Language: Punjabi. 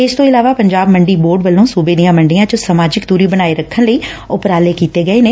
ਇਸ ਤੋ ਇਲਾਵਾ ਪੰਜਾਬ ਮੰਡੀ ਬੋਰਡ ਵੱਲੋ ਸੁਬੇ ਦੀਆਂ ਮੰਡੀਆਂ ਵਿਚ ਸਮਾਜਿਕ ਦੁਰੀ ਬਣਾਕੇ ਰੱਖਣ ਲਈ ਉਪਰਾਲੇ ਕੀਤੇ ਗਏ ਨੇ